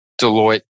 deloitte